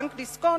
בנק דיסקונט,